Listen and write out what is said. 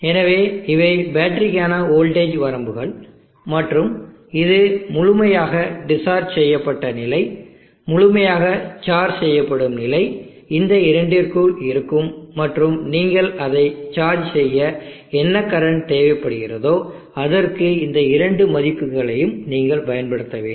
எனவே இவை பேட்டரிக்கான வோல்டேஜ் வரம்புகள் மற்றும் இது முழுமையாக டிஸ்சார்ஜ் செய்யப்பட்ட நிலை முழுமையாக சார்ஜ் செய்யப்படும் நிலை இந்த இரண்டிற்குள் இருக்கும் மற்றும் நீங்கள் அதை சார்ஜ் செய்ய என்ன கரண்ட் தேவைப்படுகிறதோ அதற்கு இந்த இரண்டு மதிப்புகளையும் நீங்கள் பயன்படுத்த வேண்டும்